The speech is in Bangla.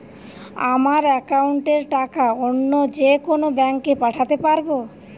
আমার একাউন্টের টাকা অন্য যেকোনো ব্যাঙ্কে পাঠাতে পারব?